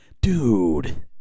dude